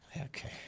Okay